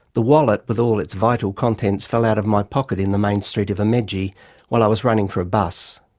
the wallet with all its vital contents fell out of my pocket in the main street of um himeji while i was running for a bus.